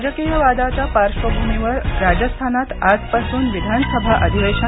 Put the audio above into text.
राजकीय वादाच्या पार्श्वभूमीवर राजस्थानात आजपासून विधानसभा अधिवेशन